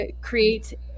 create